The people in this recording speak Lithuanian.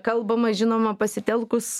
kalbama žinoma pasitelkus